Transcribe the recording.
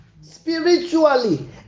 spiritually